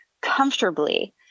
comfortably